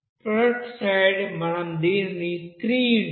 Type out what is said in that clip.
product side మనం దీనిని 3 285